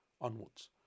onwards